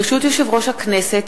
ברשות יושב-ראש הכנסת,